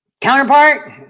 counterpart